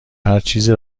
هرچیزی